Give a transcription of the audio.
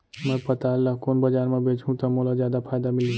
मैं पताल ल कोन बजार म बेचहुँ त मोला जादा फायदा मिलही?